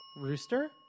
Rooster